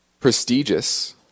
prestigious